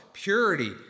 Purity